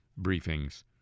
briefings